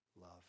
love